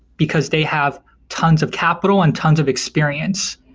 because they have tons of capital and tons of experience.